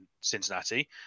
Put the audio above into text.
Cincinnati